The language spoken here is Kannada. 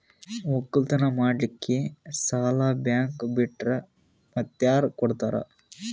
ಒಕ್ಕಲತನ ಮಾಡಲಿಕ್ಕಿ ಸಾಲಾ ಬ್ಯಾಂಕ ಬಿಟ್ಟ ಮಾತ್ಯಾರ ಕೊಡತಾರ?